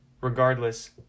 regardless